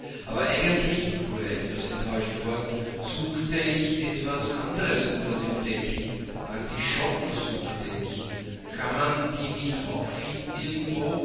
aber eigentlich fuhr er etwas enttäuscht fort suchte ich etwas anderes unter dem deckel artischocken suchte ich kann man die nicht auch finden irgendwo